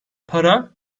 para